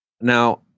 Now